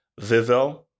Vivell